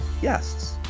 guests